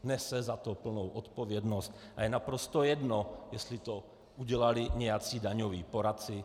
Nese za to plnou odpovědnost a je naprosto jedno, jestli to udělali nějací daňoví poradci.